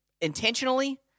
intentionally